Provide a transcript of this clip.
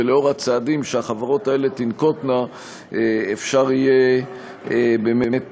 ולאור הצעדים שהחברות האלה תנקוטנה אפשר יהיה באמת